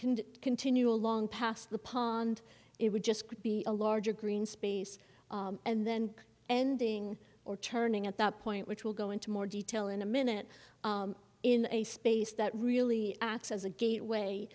can continue along past the pond it would just be a larger green space and then ending or turning at that point which will go into more detail in a minute in a space that really acts as a gateway